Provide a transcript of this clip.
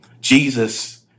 Jesus